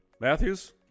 Matthews